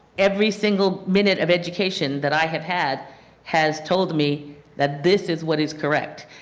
every single minute of education that i have had has told me that this is what is correct.